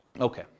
Okay